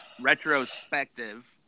Retrospective